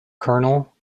colonel